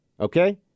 okay